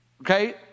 Okay